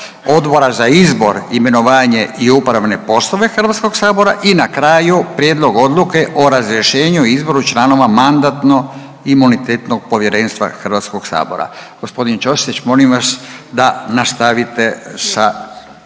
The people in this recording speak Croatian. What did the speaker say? Odbora za izbor, imenovanje i upravne poslove Hrvatskog sabora. I Prijedlog odluke o razrješenju i izboru članova Mandatno-imunitetnog povjerenstva Hrvatskog sabora. Jesmo li tu da provedemo